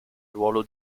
ruolo